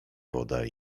woda